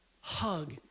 hug